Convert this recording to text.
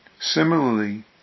Similarly